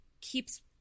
keeps